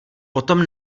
potom